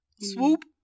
swoop